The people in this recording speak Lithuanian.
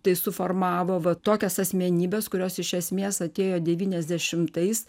tai suformavo va tokias asmenybes kurios iš esmės atėjo devyniasdešimtais